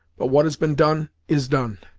but what has been done, is done.